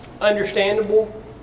understandable